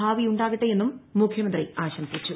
ഭാവിയുണ്ടാകട്ടെയെന്നും മുഖൃമന്ത്രി ആശംസിച്ചു